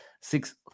six